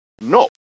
No